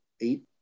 eight